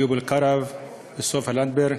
איוב קרא וסופה לנדבר,